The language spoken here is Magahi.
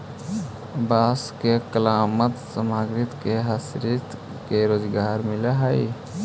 बांस के कलात्मक सामग्रि से हस्तशिल्पि के रोजगार मिलऽ हई